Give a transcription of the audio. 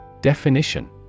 Definition